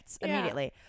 immediately